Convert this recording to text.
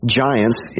giants